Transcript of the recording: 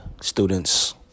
students